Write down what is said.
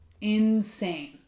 insane